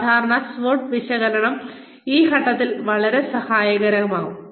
സാധാരണ SWOT വിശകലനം ഈ ഘട്ടത്തിൽ വളരെ സഹായകമാകും